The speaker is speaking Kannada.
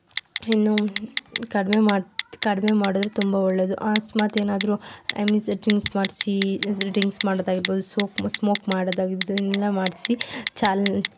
ಇನ್ನೂ ಕಡಿಮೆ ಮಾಡ್ ಕಡ್ಮೆ ಮಾಡೋದು ತುಂಬಾ ಒಳ್ಳೇದು ಅಕಸ್ಮಾತ್ ಏನಾದ್ರೂ ಎಮಿಸೆಟ್ಟಿಂಗ್ಸ್ ಮಾಡ್ಸಿ ಡ್ರಿಂಕ್ಸ್ ಮಾಡೋದಾಗಿರ್ಬೋದು ಸೋಕ್ ಸ್ಮೋಕ್ ಮಾಡೋದಾಗಿರ್ಬೋದು ಇದನ್ನೆಲ್ಲ ಮಾಡಿಸಿ